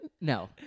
No